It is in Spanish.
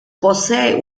posee